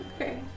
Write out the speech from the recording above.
Okay